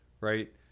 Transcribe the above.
Right